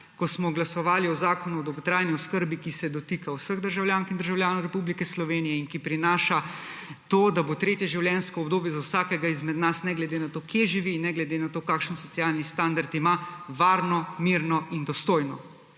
ko smo glasovali o Zakonu o dolgotrajni oskrbi, ki se dotika vseh državljank in državljanov Republike Slovenije in ki prinaša to, da bo tretje življenjsko obdobje za vsakega izmed nas ne glede na to, kje živi, ne glede na to, kakšen socialni standard ima, varno, mirno in dostojno.